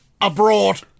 abroad